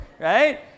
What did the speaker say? right